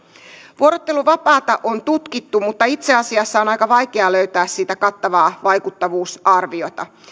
vuorotteluvapaata on tutkittu mutta itse asiassa on aika vaikea löytää siitä kattavaa vaikuttavuusarviota